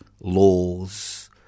laws